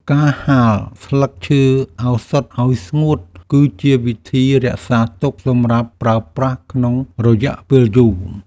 ការហាលស្លឹកឈើឱសថឱ្យស្ងួត គឺជាវិធីរក្សាទុកសម្រាប់ប្រើប្រាស់ក្នុងរយៈពេលយូរ។